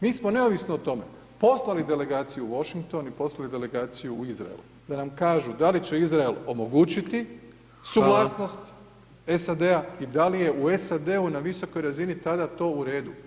Mi smo neovisno o tome poslali delegaciju u Washington i poslali delegaciju u Izrael da nam kažu da li će Izrael omogućiti [[Upadica: Hvala.]] suglasnost SAD-a i da li je u SAD-u na visokoj razini tada to u redu.